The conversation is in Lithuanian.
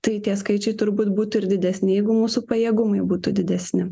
tai tie skaičiai turbūt būtų ir didesni jeigu mūsų pajėgumai būtų didesni